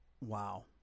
Wow